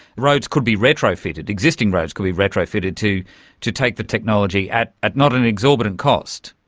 roads could be retrofitted, existing roads could be retrofitted to to take the technology at at not an exorbitant cost.